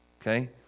Okay